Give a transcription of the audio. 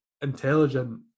intelligent